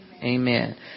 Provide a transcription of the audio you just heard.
Amen